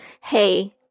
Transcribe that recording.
hey